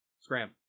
Scram